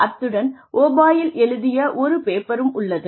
அத்துடன் ஓ'பாயில் எழுதிய ஒரு பேப்பரும் உள்ளது